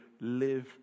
live